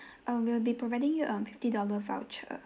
um we'll be providing you um fifty dollar voucher